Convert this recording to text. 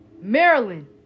Maryland